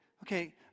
Okay